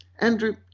Andrew